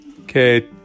Okay